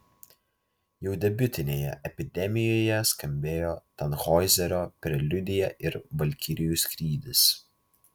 jau debiutinėje epidemijoje skambėjo tanhoizerio preliudija ir valkirijų skrydis